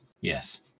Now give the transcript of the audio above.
Yes